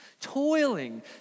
Toiling